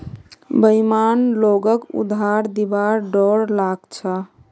बेईमान लोगक उधार दिबार डोर लाग छ